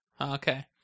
Okay